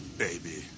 baby